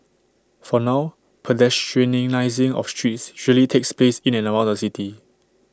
for now pedestrianising of trees usually takes place in and around the city